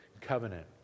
covenant